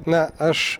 na aš